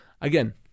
Again